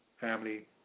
family